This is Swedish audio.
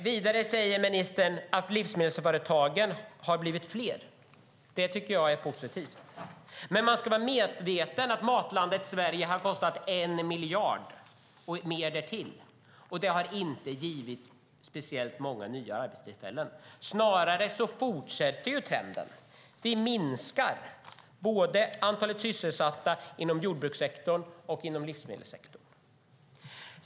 Ministern säger också att livsmedelsföretagen har blivit fler. Det tycker jag är positivt. Men man ska vara medveten om att Matlandet Sverige har kostat 1 miljard och mer därtill, och det har inte givit speciellt många nya arbetstillfällen. Snarare fortsätter trenden att antalet sysselsatta både inom jordbrukssektorn och inom livsmedelssektorn minskar.